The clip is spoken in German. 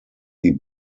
die